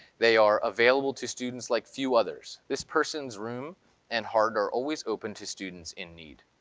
they are available to students like few others. this person's room and heart are always open to students in need.